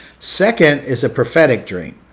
second is a prophetic dream.